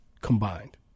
combined